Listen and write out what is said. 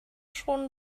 schon